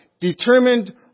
determined